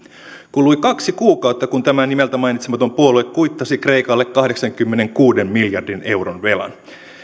kului kaksi kuukautta kun tämä nimeltä mainitsematon puolue kuittasi kreikalle kahdeksankymmenenkuuden miljardin euron velan tämän